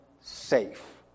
safe